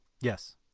Yes